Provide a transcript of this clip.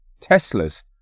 Teslas